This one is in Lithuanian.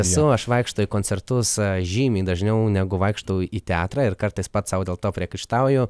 esu aš vaikštau į koncertus žymiai dažniau negu vaikštau į teatrą ir kartais pats sau dėl to priekaištauju